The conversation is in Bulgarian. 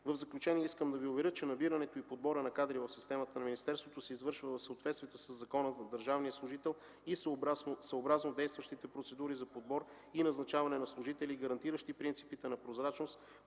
В заключение искам да Ви уверя, че набирането и подборът на кадри в системата на министерството се извършва в съответствие със Закона за държавния служител и съобразно действащите процедури за подбор и назначаване на служители, гарантиращи принципите на прозрачност,